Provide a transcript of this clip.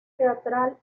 teatral